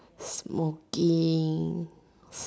smoking